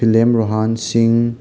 film ꯔꯣꯍꯥꯟ ꯁꯤꯡ